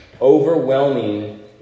overwhelming